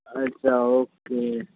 अच्छा ओके